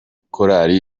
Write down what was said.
korali